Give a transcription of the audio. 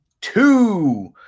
two